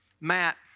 Matt